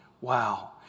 Wow